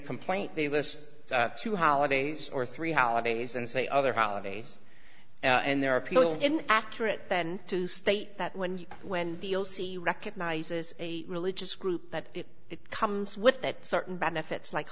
complaint they list two holidays or three holidays and say other holidays and there are people in accurate then to state that when you when the o c recognizes a religious group that it comes with that certain benefits like